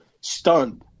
stunned